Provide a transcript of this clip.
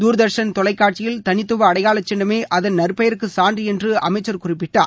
துர்தர்ஷன் தொலைக்காட்சியில் தனித்துவ அடையாள சின்னமே அதன் நற்பெயருக்கு சான்று என்று அமைச்சர் குறிப்பிட்டார்